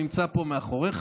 שנמצא פה מאחוריך.